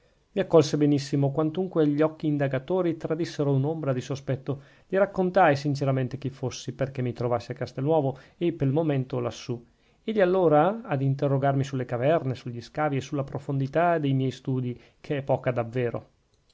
mi accolse benissimo quantunque gli occhi indagatori tradissero un'ombra di sospetto gli raccontai sinceramente chi fossi perchè mi trovassi a castelnuovo e pel momento lassù egli allora ad interrogarmi sulle caverne sugli scavi e sulla profondità de miei studi che è poca davvero